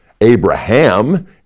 Abraham